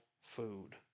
food